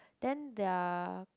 then their